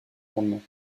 rendements